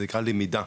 זה נקרא למידה,